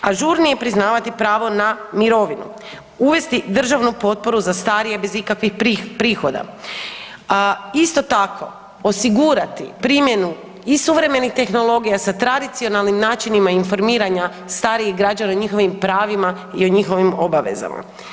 Ažurnije priznavati pravo na mirovinu, uvesti državnu potporu za starije bez ikakvih prihoda, isto tako, osigurati primjenu i suvremenih tehnologija sa tradicionalnim načinima informiranja starijih građana o njihovim pravima i o njihovim obavezama.